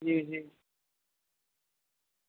جی جی